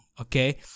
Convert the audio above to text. okay